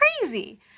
crazy